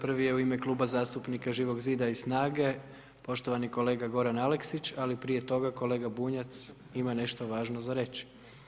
Prvi je u ime Kluba zastupnika Živog zida i SNAGA-e poštovani kolega Goran Aleksić, ali prije toga kolega Bunjac ima nešto važno za reći.